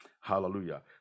Hallelujah